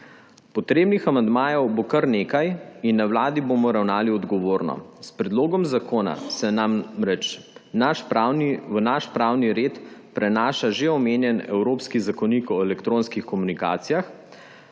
Potrebnih amandmajev bo kar nekaj in na Vladi bomo ravnali odgovorno. S predlogom zakona se namreč v naš pravni red prenaša že omenjeni Evropski zakonik o elektronskih komunikacijah.